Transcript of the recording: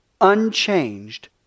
unchanged